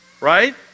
right